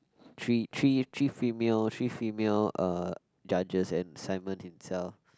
three three three female three female uh judges and Simon himself